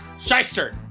Shyster